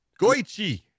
goichi